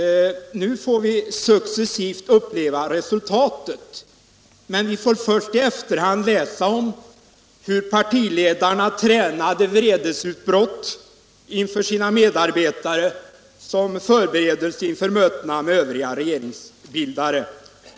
Vi får successivt uppleva resultatet, men först i efterhand får vi läsa om hur partiledarna tränade vredesutbrott inför sina medarbetare som förberedelse inför mötena med övriga regeringsbildare.